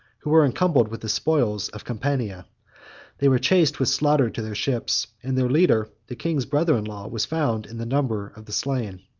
who were encumbered with the spoils of campania they were chased with slaughter to their ships, and their leader, the king's brother-in-law, was found in the number of the slain.